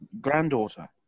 granddaughter